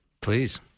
please